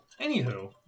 Anywho